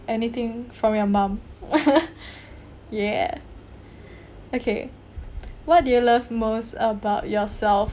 anything from your mom yeah okay what do you love most about yourself